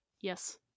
Yes